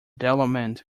development